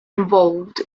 involved